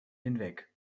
hinweg